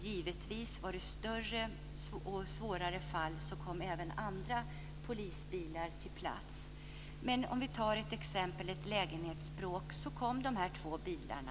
Givetvis kom även andra polisbilar till platsen vid större och svårare fall. Vid t.ex. ett lägenhetsbråk kom de här två bilarna.